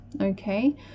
okay